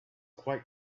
quite